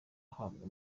ahabwa